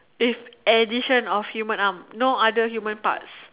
it's addition of human arm no other human parts